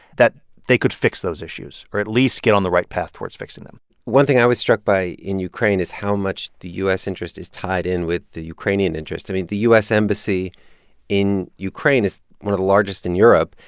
that they could fix those issues or at least get on the right path towards fixing them one thing i was struck by in ukraine is how much the u s. interest is tied in with the ukrainian interest. i mean, the u s. embassy in ukraine is one of the largest in europe.